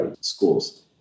schools